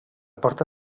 porta